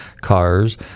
Cars